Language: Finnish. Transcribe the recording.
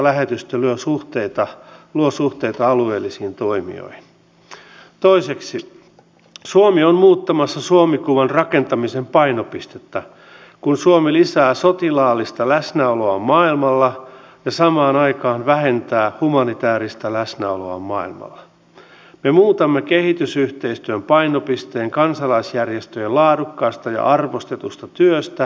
kuten edustaja terho totesi omassa puheenvuorossaan toistan me pyrimme yhteiskuntasopimukseen tai laajaan työmarkkina ja talousratkaisuun kutsuttiinpa sitä kummalla nimellä tahansa koska se on ripein kestävin ja samalla oikeudenmukaisin tapa parantaa työllisyyttä pelastaa työpaikkoja ja luoda uusia työpaikkoja